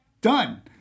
done